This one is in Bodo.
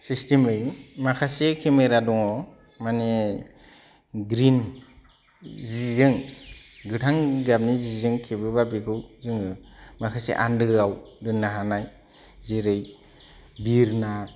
सिसस्टेमै माखासे केमेरा दङ माने ग्रिन जिजों गोथां गाबनि जिजों खेबोब्ला बेखौ जोङो माखासे आन्दोआव दोननो हानाय जेरै बिरना